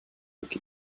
aquí